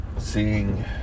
Seeing